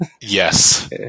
Yes